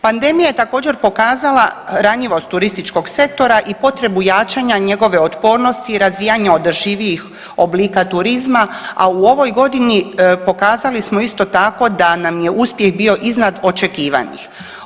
Pandemija je također pokazala ranjivost turističkog sektora i potrebu jačanja njegove otpornosti i razvijanja održivijih oblika turizma, a u ovoj godini pokazali smo isto tako da nam je uspjeh bio iznad očekivanih.